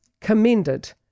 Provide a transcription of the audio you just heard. commended